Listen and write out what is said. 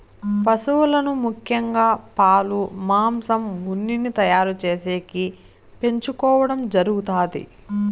పసువులను ముఖ్యంగా పాలు, మాంసం, ఉన్నిని తయారు చేసేకి పెంచుకోవడం జరుగుతాది